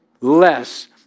less